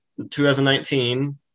2019